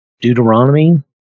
Deuteronomy